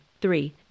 Three